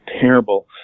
terrible